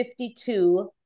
52